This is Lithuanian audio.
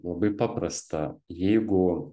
labai paprasta jeigu